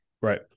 right